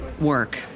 work